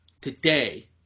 today